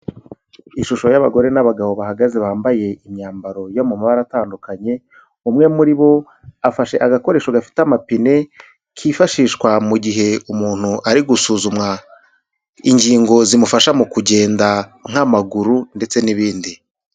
Ishusho y'abagore n'abagabo bahagaze bambaye imyambaro yo mu mabara atandukanye, umwe muri bo afashe agakoresho gafite amapine, kifashishwa mu gihe umuntu ari gusuzumwa ingingo zimufasha mu kugenda nk'amaguru ndetse n'ibindi.